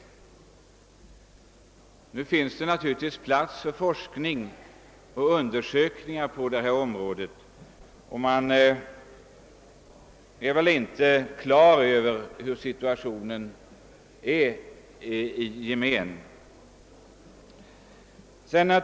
När det gäller de biologiska betingelserna finns det emellertid plats för forskning och undersökningar.